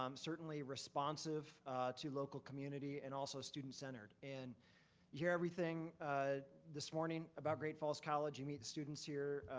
um certainly responsive to local community and also student centered. and you hear everything this morning about great falls college, you meet the students here,